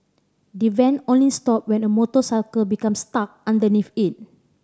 the van only stopped when a motorcycle become stuck underneath it